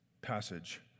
passage